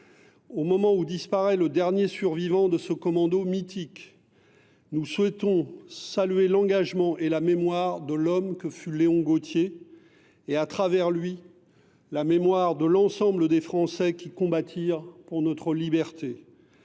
Au moment où disparaît le dernier survivant de ce commando mythique, nous souhaitons saluer l’engagement et la mémoire de l’homme que fut Léon Gautier et, à travers lui, la mémoire de l’ensemble des Français qui combattirent pour notre liberté.